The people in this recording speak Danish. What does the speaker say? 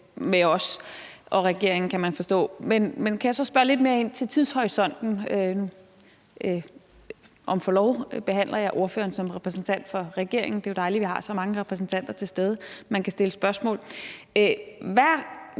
med os og regeringen, kan man forstå. Men kan jeg så spørge lidt mere ind til tidshorisonten? Med forlov, jeg behandler ordføreren som repræsentant for regeringen, og det er jo dejligt, vi har så mange repræsentanter til stede, man kan stille spørgsmål til.